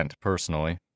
personally